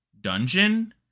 dungeon